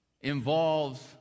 involves